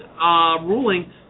ruling